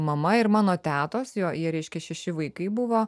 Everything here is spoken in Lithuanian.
mama ir mano tetos jo jie reiškia šeši vaikai buvo